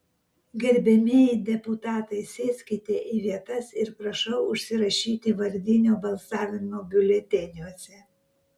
gerbiamieji deputatai sėskite į vietas ir prašau užsirašyti vardinio balsavimo biuleteniuose